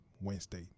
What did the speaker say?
Wednesday